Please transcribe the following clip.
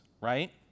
right